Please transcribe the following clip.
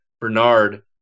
Bernard